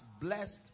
blessed